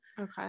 Okay